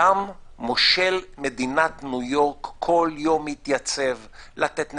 שם מושל מדינת ניו יורק כל יום התייצב לתת נתונים.